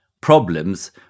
problems